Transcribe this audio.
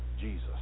Jesus